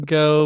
go